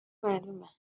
معلومه